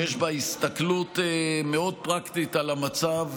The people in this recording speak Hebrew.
שיש בה הסתכלות מאוד פרקטית על המצב,